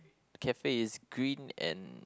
cafe is green and